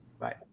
Bye